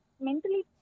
mentally